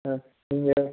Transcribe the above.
ஆ நீங்கள்